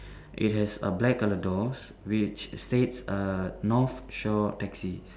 it has a black colour doors which states uh north shore taxis